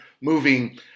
moving